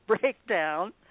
Breakdown